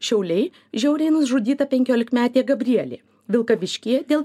šiauliai žiauriai nužudyta penkiolikmetė gabrielė vilkaviškyje dėl